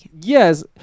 Yes